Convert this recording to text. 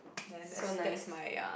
then that's that's my uh